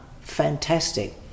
fantastic